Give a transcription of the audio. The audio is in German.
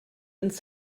ins